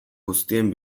guztien